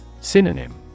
Synonym